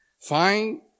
find